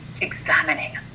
examining